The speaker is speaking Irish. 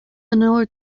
onóir